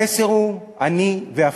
המסר הוא: אני ואפסי.